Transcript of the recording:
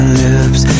lips